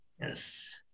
Yes